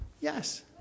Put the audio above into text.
Yes